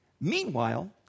Meanwhile